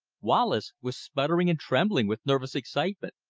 wallace was sputtering and trembling with nervous excitement.